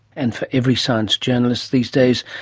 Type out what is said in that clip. and for every science journalist these days,